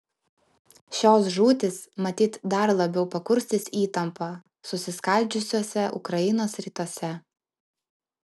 šios žūtys matyt dar labiau pakurstys įtampą susiskaldžiusiuose ukrainos rytuose